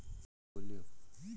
nitrogen खाद phosphate खाद कुल होला